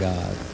God